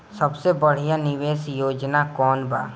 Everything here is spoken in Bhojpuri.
सबसे बढ़िया निवेश योजना कौन बा?